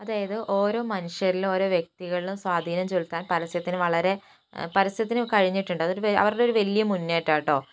അതായതു ഓരോ മനുഷ്യരിലും ഓരോ വ്യക്തികളിലും സ്വാധീനം ചെലുത്താൻ പരസ്യത്തിന് വളരെ പരസ്യത്തിനു കഴിഞ്ഞിട്ടുണ്ട് അത് അവരുടെ വലിയ ഒരു മുന്നേറ്റട്ടോ